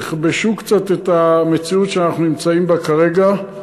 יכבשו קצת את המציאות שאנחנו נמצאים בה כרגע.